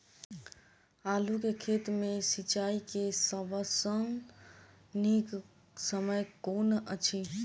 आलु केँ खेत मे सिंचाई केँ सबसँ नीक समय कुन अछि?